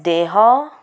ଦେହ